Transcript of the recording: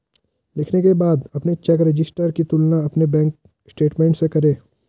लिखने के बाद अपने चेक रजिस्टर की तुलना अपने बैंक स्टेटमेंट से करें